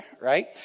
right